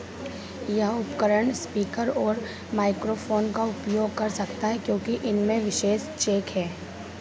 यह उपकरण स्पीकर और माइक्रोफोन का उपयोग कर सकता है क्योंकि इनमें विशेष जैक है